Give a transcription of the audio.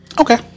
Okay